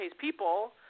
people